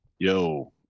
yo